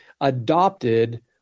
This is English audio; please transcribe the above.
adopted